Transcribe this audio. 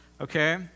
Okay